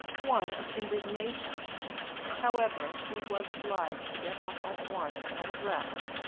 one of indignation however, he was obliged to get up at once and dress,